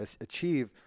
achieve